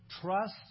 trust